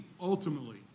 ultimately